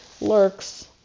lurks